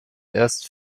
erst